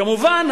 כמובן,